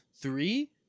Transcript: three